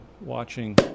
watching